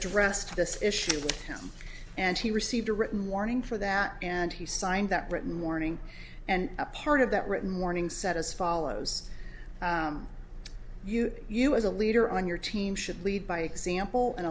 dressed this issue and he received a written warning for that and he signed that written mourning and a part of that written warning said as follows you you as a leader on your team should lead by example and